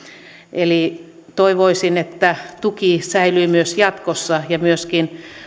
eli toivoisin että tuki säilyy myös jatkossa ja myöskin